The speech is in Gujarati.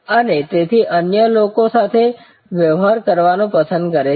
અને તેથી અન્ય લોકો સાથે વ્યવહાર કરવાનું પસંદ કરે છે